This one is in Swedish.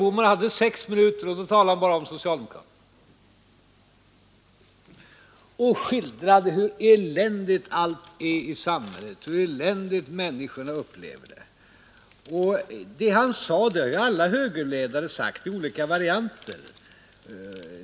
Han hade sex minuter på sig, och då talade han bara om socialdemokraterna, och skildrade hur eländigt allt är i samhället och hur eländigt människorna har det. Det har alla högerledare sagt i olika varianter.